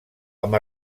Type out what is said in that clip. amb